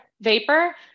vapor